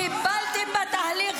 חיבלתם בתהליך,